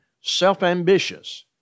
self-ambitious